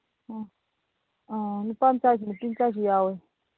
ꯑꯣ ꯑꯣ ꯅꯨꯄꯥ ꯃꯆꯥꯒꯤꯁꯨ ꯅꯨꯄꯤ ꯃꯆꯥꯒꯤꯁꯨ ꯌꯥꯎꯋꯤ